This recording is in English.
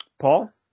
Paul